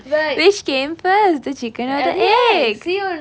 which came first the chicken or the egg